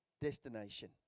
destination